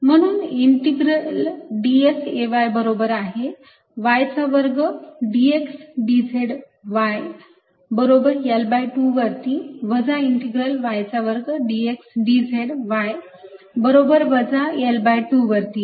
म्हणून integral ds Ay बरोबर आहे y चा वर्ग dx dz y बरोबर L2 वरती वजा इंटिग्रल y चा वर्ग dx dz y बरोबर वजा L2 वरती